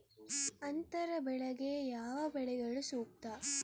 ಅಂತರ ಬೆಳೆಗೆ ಯಾವ ಬೆಳೆಗಳು ಸೂಕ್ತ?